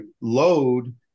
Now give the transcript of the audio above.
load